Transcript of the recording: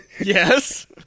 Yes